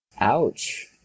Ouch